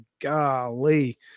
golly